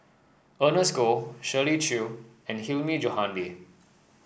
Ernest Goh Shirley Chew and Hilmi Johandi